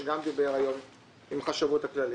שגם דיבר היום עם החשבות הכללית.